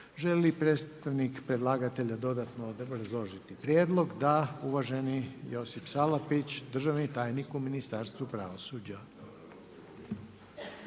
li predstavnik predlagatelja dodatno obrazložiti prijedlog? Da. Uvaženi Josip Salapić, državni tajnik u Ministarstvu pravosuđa.